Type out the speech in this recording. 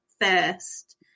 first